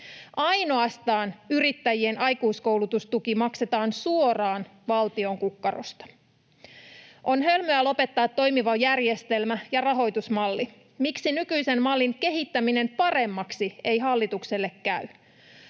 Ainoastaan yrittäjien aikuiskoulutustuki maksetaan suoraan valtion kukkarosta. On hölmöä lopettaa toimiva järjestelmä ja rahoitusmalli. Miksi nykyisen mallin kehittäminen paremmaksi ei hallitukselle käy?